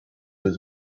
his